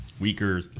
Weaker